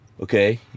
okay